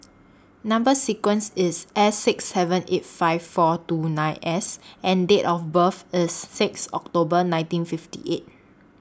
Number sequence IS S six seven eight five four two nine S and Date of birth IS six October nineteen fifty eight